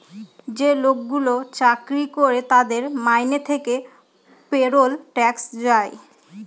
যে লোকগুলো চাকরি করে তাদের মাইনে থেকে পেরোল ট্যাক্স যায়